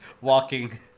walking